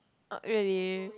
uh really